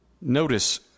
Notice